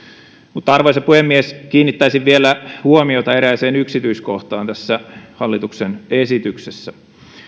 arvoisa puhemies kiinnittäisin vielä huomiota erääseen yksityiskohtaan tässä hallituksen esityksessä